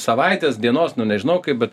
savaitės dienos nu nežinau kaip bet